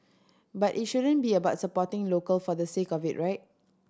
but it shouldn't be about supporting local for the sake of it right